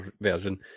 version